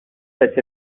such